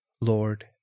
Lord